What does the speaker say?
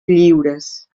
lliures